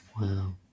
Wow